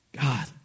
God